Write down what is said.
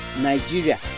Nigeria